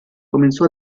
comenzó